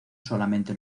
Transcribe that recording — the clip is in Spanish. solamente